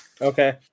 Okay